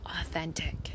authentic